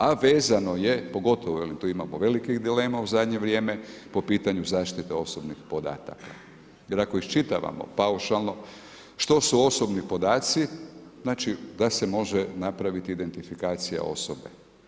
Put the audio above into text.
A vezano je, pogotovo velim, tu imamo velikih dilema u zadnje vrijeme po pitanju zaštite osobnih podataka jer ako iščitavamo paušalno što su osobni podaci, znači da se može napraviti identifikacija osobe.